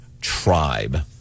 tribe